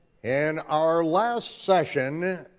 and our last session,